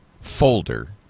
folder